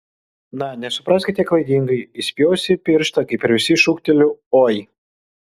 na nesupraskite klaidingai įsipjovusi pirštą kaip ir visi šūkteliu oi